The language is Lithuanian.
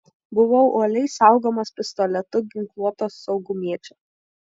buvau uoliai saugomas pistoletu ginkluoto saugumiečio